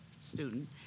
student